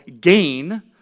gain